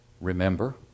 Remember